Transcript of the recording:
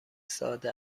ساده